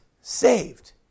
saved